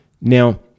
Now